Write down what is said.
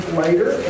later